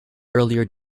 earlier